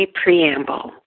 preamble